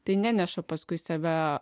tai neneša paskui save